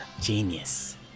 genius